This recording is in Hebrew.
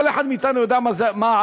כל אחד מאתנו יודע מה העלויות.